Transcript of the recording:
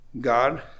God